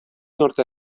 nord